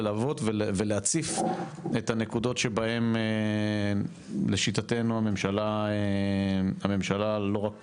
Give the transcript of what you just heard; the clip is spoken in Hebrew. ללוות ולהציף את הנקודות שבהן לשיטתנו הממשלה לא רק